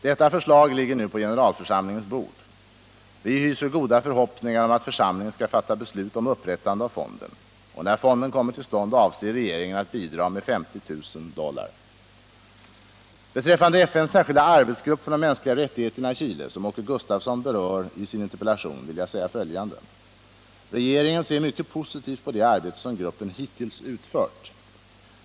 Detta förslag ligger nu på generalförsamlingens bord. Vi hyser goda förhoppningar om att församlingen skall fatta beslut om upprättande av fonden. När fonden kommer till stånd avser regeringen bidra med 50 000 dollar. Beträffande FN:s särskilda arbetsgrupp för de mänskliga rättigheterna i Chile, som Åke Gustavsson berör i sin interpellation, vill jag säga följande. Regeringen ser mycket positivt på det arbete som gruppen hittills utfört.